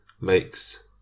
makes